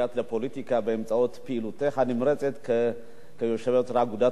הגעת לפוליטיקה באמצעות פעילותך הנמרצת כיושבת-ראש אגודת